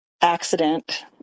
accident